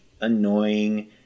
annoying